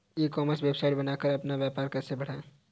ई commerce website बनाकर अपना व्यापार कैसे बढ़ाएँ?